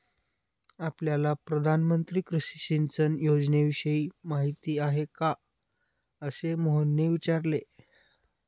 आपल्याला प्रधानमंत्री कृषी सिंचन योजनेविषयी माहिती आहे का? असे मोहनने विचारले